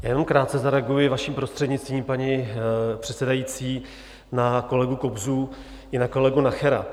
Já jenom krátce zareaguji, vaším prostřednictvím, paní předsedající, na kolegu Kobzu i na kolegu Nachera.